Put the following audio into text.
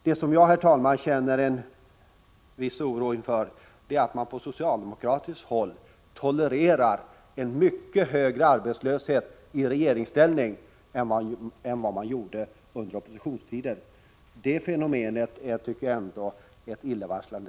Men det som jag känner viss oro för är att man från socialdemokratiskt håll tolererar en mycket högre arbetslöshet i regeringsställning än vad man gjorde under oppositionstiden. Det fenomenet tycker jag ändå är illavarslande.